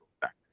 back